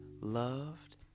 loved